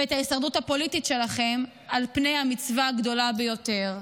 ואת ההישרדות הפוליטית שלכם על פני המצווה הגדולה ביותר.